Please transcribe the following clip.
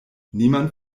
niemand